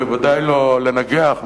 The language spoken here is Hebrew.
וודאי לא לנגח,